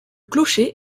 clocher